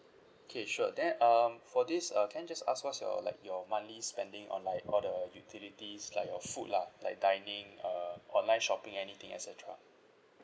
okay sure then um for this uh can I just ask what's your like your monthly spending on like all the utilities like your food lah like dining uh online shopping anything et cetera